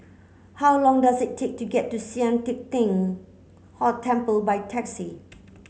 how long does it take to get to Sian Teck Tng Temple by taxi